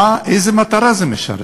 איזו מטרה זה משרת?